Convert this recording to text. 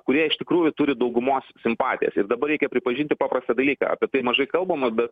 kurie iš tikrųjų turi daugumos simpatijas ir dabar reikia pripažinti paprastą dalyką apie mažai kalbama bet